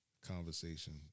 conversation